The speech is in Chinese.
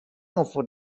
政府